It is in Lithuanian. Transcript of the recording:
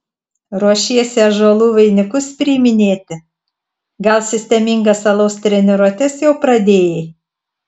ruošiesi ąžuolų vainikus priiminėti gal sistemingas alaus treniruotes jau pradėjai